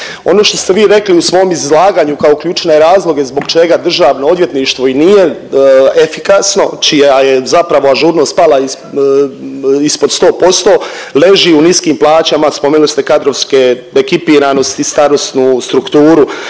Ono što ste vi rekli u svom izlaganju kao ključne razloge zbog čega državno odvjetništvo i nije efikasno, čija je zapravo ažurnost spala ispod 100%, leži u niskim plaćama. Spomenuli ste kadrovske ekipiranosti, starosnu strukturu